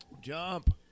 Jump